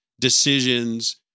Decisions